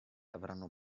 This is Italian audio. avranno